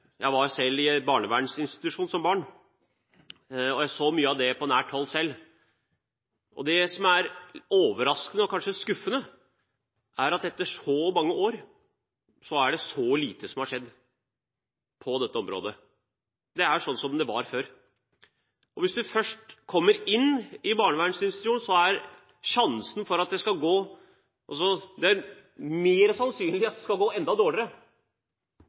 og jeg så mye av det på nært hold selv. Det som er overraskende, og kanskje skuffende, er at etter så mange år er det så lite som har skjedd på dette området. Det er sånn som det var før. Hvis man først kommer inn i en barnevernsinstitusjon, er det mer sannsynlig at det skal gå enda dårligere – det er nesten fristende å si det